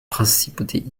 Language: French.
principautés